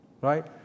Right